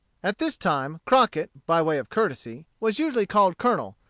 at this time, crockett, by way of courtesy, was usually called colonel,